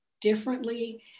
differently